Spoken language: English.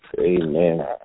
amen